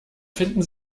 finden